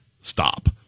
stop